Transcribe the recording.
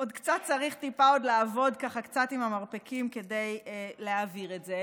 צריך טיפה עוד לעבוד קצת עם המרפקים כדי להעביר את זה,